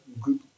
good